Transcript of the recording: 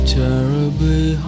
terribly